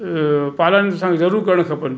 पालन असांखे ज़रूरु करण खपेनि